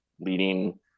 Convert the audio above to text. leading